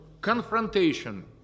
confrontation